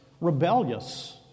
rebellious